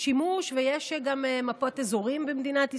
שימוש, ויש גם מפות אזורים במדינת ישראל.